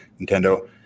nintendo